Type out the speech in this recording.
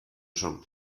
son